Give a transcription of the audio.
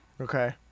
okay